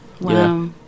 Wow